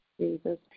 Jesus